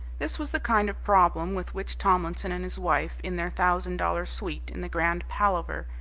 this was the kind of problem with which tomlinson and his wife, in their thousand-dollar suite in the grand palaver,